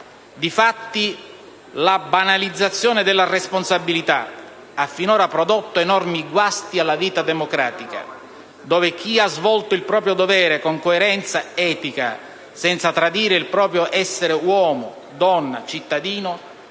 Difatti, la banalizzazione della responsabilità ha finora prodotto enormi guasti alla vita democratica, dove chi ha svolto il proprio dovere con coerenza etica, senza tradire il proprio essere uomo, donna, cittadino,